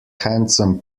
handsome